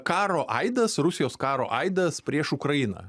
karo aidas rusijos karo aidas prieš ukrainą